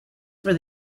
for